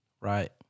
Right